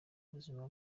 ubuzima